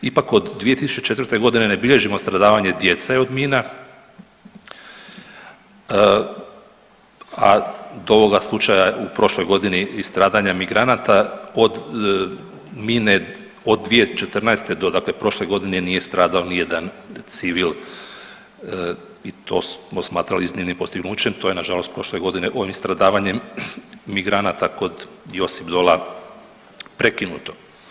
Ipak od 2004.g. ne bilježimo stradavanje djece od mina, a do ovoga slučaja u prošloj godini i stradanja migranata od mine, od 2014. do dakle prošle godine nije stradao nijedan civil i to smo smatrali iznimnim postignućem, to je nažalost prošle godine ovim stradavanjem migranata kod Josipdola prekinuto.